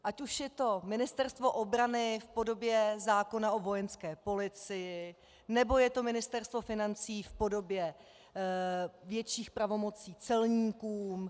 Ať už je to Ministerstvo obrany v podobě zákona o Vojenské policii, nebo je to Ministerstvo financí v podobě větších pravomocí celníkům.